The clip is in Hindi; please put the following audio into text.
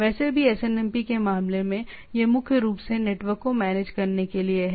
वैसे भी एसएनएमपी के मामले में यह मुख्य रूप से नेटवर्क को मैनेज करने के लिए है